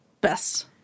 Best